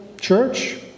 church